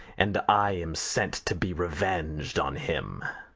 and i am sent to be reveng'd on him.